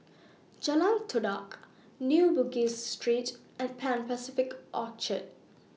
Jalan Todak New Bugis Street and Pan Pacific Orchard